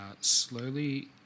slowly